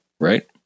right